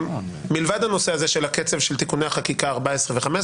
מלבד הנושא הזה של הקצב של תיקוני החקיקה 14 ו- 15,